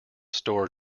store